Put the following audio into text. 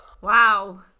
Wow